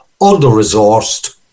under-resourced